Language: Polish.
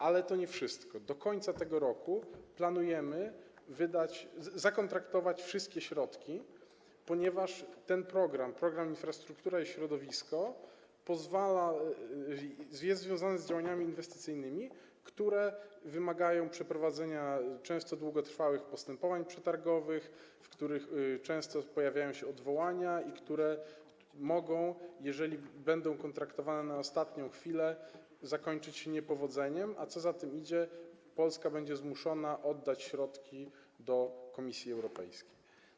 Ale to nie wszystko, do końca tego roku planujemy zakontraktować wszystkie środki, ponieważ ten program, program „Infrastruktura i środowisko”, jest związany z działaniami inwestycyjnymi wymagającymi przeprowadzania często długotrwałych postępowań przetargowych, w których nierzadko pojawiają się odwołania, mogącymi, jeżeli będą kontraktowane na ostatnią chwilę, zakończyć się niepowodzeniem, a co za tym idzie, Polska mogłaby być wtedy zmuszona oddać środki do Komisji Europejskiej.